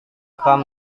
akan